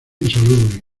insalubre